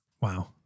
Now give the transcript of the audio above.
Wow